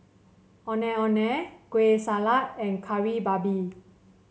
Ondeh Ondeh Kueh Salat and Kari Babi